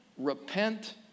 Repent